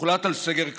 הוחלט על סגר כללי,